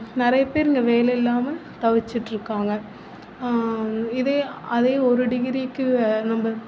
நிறையப்பேர் இங்கே வேலை இல்லாமல் தவிச்சிட்டுருக்காங்க இதே அதே ஒரு டிகிரிக்கு நம்ம